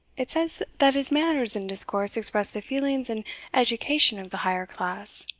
it says that his manners and discourse express the feelings and education of the higher class.